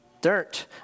dirt